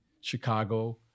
Chicago